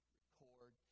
record